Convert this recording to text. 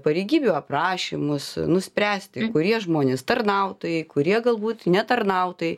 pareigybių aprašymus nuspręsti kurie žmonės tarnautojai kurie galbūt ne tarnautojai